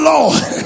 Lord